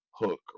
hook